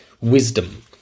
wisdom